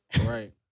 Right